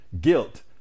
guilt